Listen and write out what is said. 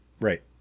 Right